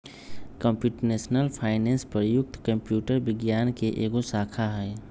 computational finance प्रयुक्त computer विज्ञान के एगो शाखा हइ